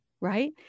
right